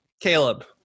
Caleb